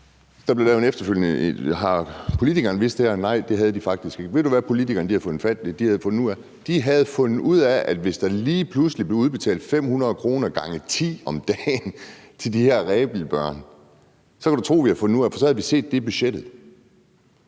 som blev fyret på grund af det her. Har politikerne vidst det her? Nej, det gjorde de faktisk ikke. Ved du, hvad politikerne havde fundet ud af? De havde fundet ud af, at hvis der lige pludselig blev udbetalt 500 kr. gange 10 om dagen til de her Rebildbørn, havde de fundet ud af det, for så havde de set det i budgettet.